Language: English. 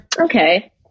Okay